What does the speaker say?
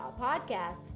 podcast